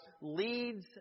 leads